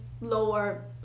lower